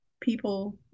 People